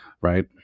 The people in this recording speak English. Right